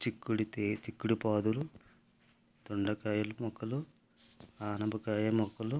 చిక్కుడు తే చిక్కుడు పాదులు దొండకాయలు మొక్కలు ఆనపకాయ మొక్కలు